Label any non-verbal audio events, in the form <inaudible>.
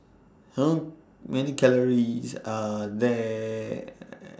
How Many Calories Does Are The <noise>